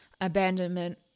abandonment